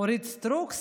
אורית סטרוק,